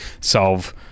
solve